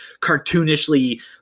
cartoonishly